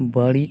ᱵᱟᱹᱲᱤᱡ